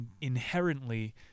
inherently